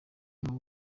irimo